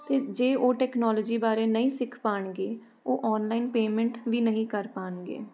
ਅਤੇ ਜੇ ਉਹ ਟੈਕਨੋਲੋਜੀ ਬਾਰੇ ਨਹੀਂ ਸਿੱਖ ਪਾਣਗੇ ਉਹ ਓਨਲਾਈਨ ਪੇਮੈਂਟ ਵੀ ਨਹੀਂ ਕਰ ਪਾਣਗੇ